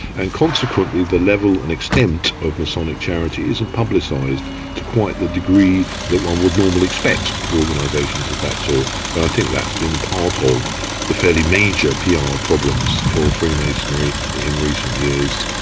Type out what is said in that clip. and consequently the level and extent of masonic charity isn't publicised to quite the degree that one would normally expect for organisations of that sort, and i think that's been part of the fairly major pr ah problems for freemasonry in recent years,